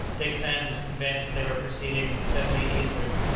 dick sands was convinced that they were proceeding steadily eastwards,